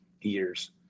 years